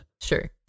sure